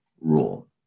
rule